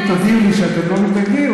אם תודיעו לי שאתם לא מתנגדים,